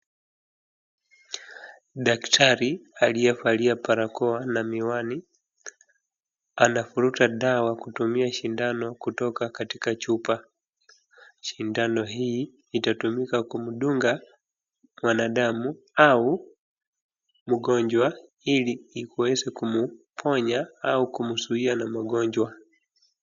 Daktari aliye valia barakoa na miwani, anavuta dawa kwa kutumia sindano, kutoka katika chupa. Sindano hii itatumika kumdunga mwanadamu, au mgonjwa, ili iweze kumponya, au kumzuia na magonjwa.